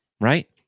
right